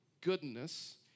goodness